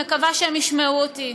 אני מקווה שהם ישמעו אותי.